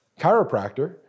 chiropractor